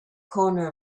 corner